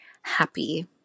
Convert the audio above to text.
happy